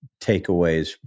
takeaways